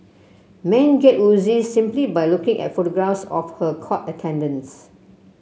men get woozy simply by looking at photographs of her court attendance